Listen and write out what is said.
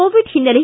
Covid ಓನ್ನೆಲೆ